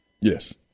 Yes